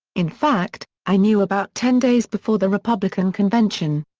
in fact, i knew about ten days before the republican convention.